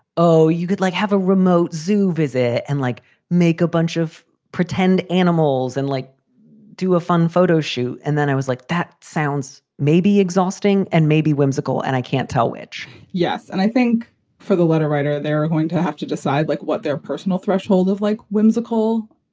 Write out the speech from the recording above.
oh, you could like have a remote zoo visit and like make a bunch of pretend animals and like do a fun photo shoot. and then i was like, that sounds maybe exhausting and maybe whimsical and i can't tell which yes. and i think for the letter writer, there are going to have to decide like what their personal threshold of like whimsical,